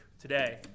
today